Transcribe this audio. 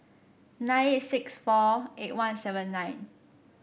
nine eight six four eight one seven nine